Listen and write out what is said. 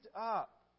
up